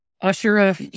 usher